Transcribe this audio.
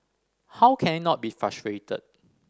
how can I not be frustrated